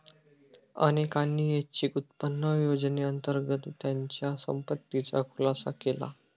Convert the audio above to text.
अनेकांनी ऐच्छिक उत्पन्न योजनेअंतर्गत त्यांच्या संपत्तीचा खुलासा केला